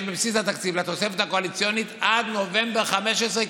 בבסיס התקציב לתוספת הקואליציונית עד נובמבר 2015,